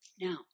Now